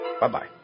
Bye-bye